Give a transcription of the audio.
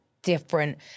different